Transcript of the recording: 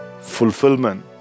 fulfillment